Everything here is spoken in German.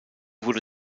wurde